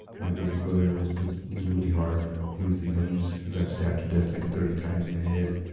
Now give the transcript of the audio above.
my baby brother was, was, was really hard. he was the youngest, he got stabbed to death like thirty times in the head